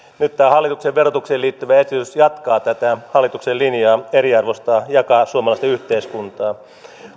nyt tämä hallituksen verotukseen liittyvä esitys jatkaa tätä hallituksen linjaa eriarvoistaa jakaa suomalaista yhteiskuntaa